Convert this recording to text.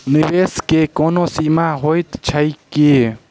निवेश केँ कोनो सीमा होइत छैक की?